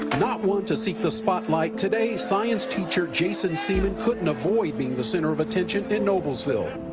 not one to seek the spotlight, today science teacher jason seaman couldn't avoid being the center of attention in noblesville.